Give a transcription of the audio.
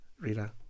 Rita